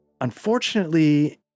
unfortunately